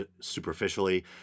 superficially